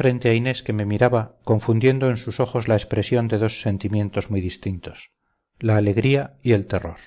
frente a inés que me miraba confundiendo en sus ojos la expresión de dos sentimientos muy distintos la alegría y el terror